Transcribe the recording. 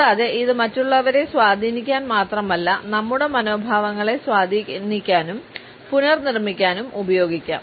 കൂടാതെ ഇത് മറ്റുള്ളവരെ സ്വാധീനിക്കാൻ മാത്രമല്ല നമ്മുടെ മനോഭാവങ്ങളെ സ്വാധീനിക്കാനും പുനർനിർമ്മിക്കാനും ഉപയോഗിക്കാം